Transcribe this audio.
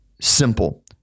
simple